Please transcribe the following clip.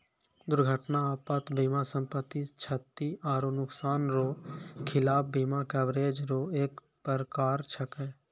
दुर्घटना आपात बीमा सम्पति, क्षति आरो नुकसान रो खिलाफ बीमा कवरेज रो एक परकार छैकै